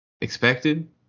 expected